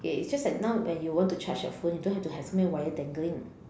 okay it's just that now when you want to charge you phone you don't have to have so many wire dangling